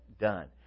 done